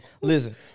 Listen